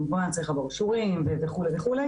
כמובן שזה צריך לעבור אישורים וכולי וכולי